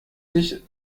sich